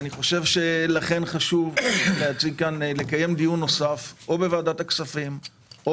אני חושב שצריך לקיים דיון נוסף בוועדת הכספים או